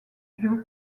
bio